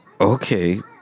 Okay